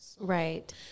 Right